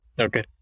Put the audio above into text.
Okay